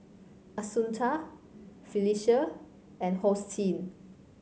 Assunta Phylicia and Hosteen